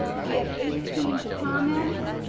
we have eighteen comments.